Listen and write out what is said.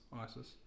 ISIS